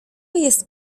jest